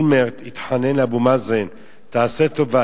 אולמרט התחנן לאבו מאזן: תעשה טובה,